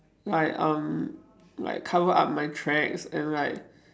like um like cover up my tracks and like